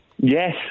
Yes